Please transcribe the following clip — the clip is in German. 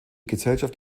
gesellschaft